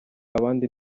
abandi